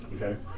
okay